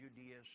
Judea